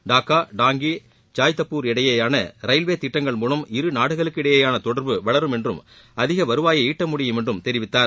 டாக்கா டாங்கி ஜாய்தப்பூர் இடையேயான ரயில்வே திட்டங்கள் மூலம் இருநாடுகளுக்கிடையேயான தொடர்பு வளரும் என்றும் அதிக வருவாயை ஈட்ட முடியும் என்றும் தெரிவித்தார்